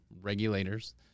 regulators